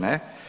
Ne.